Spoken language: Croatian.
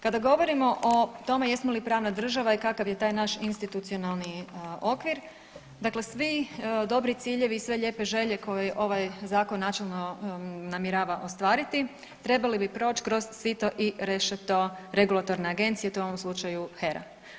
Kada govorimo o tome jesmo li pravna država i kakav je taj naš institucionalni okvir, dakle svi dobri ciljevi i sve lijepe želje koje ovaj zakon načelno namjerava ostvariti trebali bi proć kroz sito i rešeto regulatorne agencije, a to je u ovom slučaju HERA.